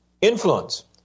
influence